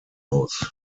aus